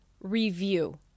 review